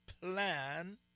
plan